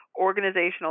Organizational